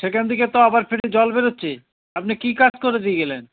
সেখান থেকে তো আবার ফেটে জল বেরোচ্ছে আপনি কী কাজ করে দিয়ে গেলেন